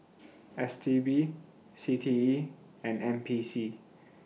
S T B C T E and N P C